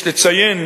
יש לציין